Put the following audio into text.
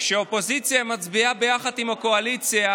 כשהאופוזיציה מצביעה ביחד עם הקואליציה